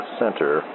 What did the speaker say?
center